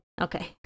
Okay